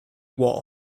wall